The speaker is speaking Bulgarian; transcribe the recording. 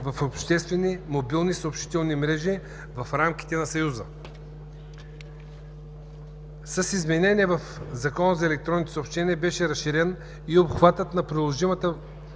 в обществени мобилни съобщителни мрежи в рамките на Съюза. С изменения в Закона за електронните съобщения беше разширен и обхватът на приложимата